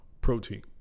protein